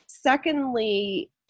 Secondly